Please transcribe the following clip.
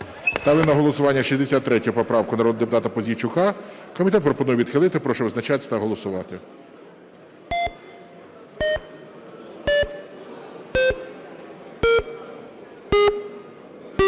Ставлю на голосування 63 поправку народного депутата Пузійчука. Комітет пропонує відхилити. Прошу визначатись та голосувати.